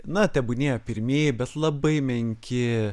na tebūnie pirmieji bet labai menki